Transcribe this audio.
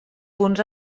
punts